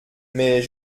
mais